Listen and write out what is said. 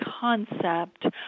concept